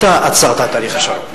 אתה עצרת את תהליך השלום.